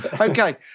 Okay